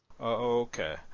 okay